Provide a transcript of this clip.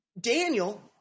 Daniel